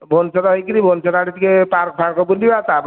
ଭୁବନେଶ୍ୱର ହୋଇକରି ଭିବନେଶ୍ଵର ଆଡ଼େ ଟିକିଏ ପାର୍କ୍ ଫାର୍କ୍ ବୁଲିବା ତା'ପରେ